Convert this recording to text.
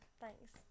Thanks